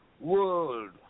world